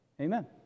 Amen